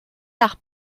nach